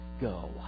go